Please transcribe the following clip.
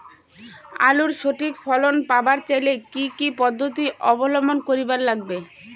আলুর সঠিক ফলন পাবার চাইলে কি কি পদ্ধতি অবলম্বন করিবার লাগবে?